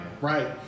right